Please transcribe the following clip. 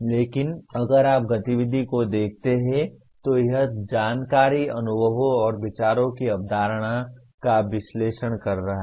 लेकिन अगर आप गतिविधि को देखते हैं तो यह जानकारी अनुभवों और विचारों की अवधारणा का विश्लेषण कर रहा है